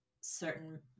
certain